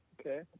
Okay